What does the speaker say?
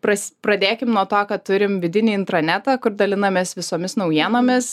pras pradėkim nuo to kad turim vidinį intranetą kur dalinamės visomis naujienomis